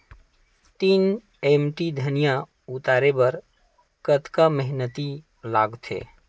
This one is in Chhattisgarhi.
तीन एम.टी धनिया उतारे बर कतका मेहनती लागथे?